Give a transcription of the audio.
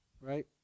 Right